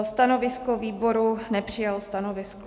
Stanovisko výboru nepřijal stanovisko.